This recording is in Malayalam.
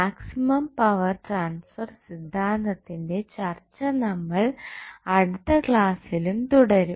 മാക്സിമം പവർ ട്രാൻസ്ഫർ സിദ്ധാന്തത്തിന്റെ ചർച്ച നമ്മൾ അടുത്ത ക്ലാസിലും തുടരും